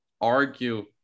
argue